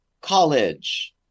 college